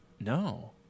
no